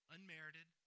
Unmerited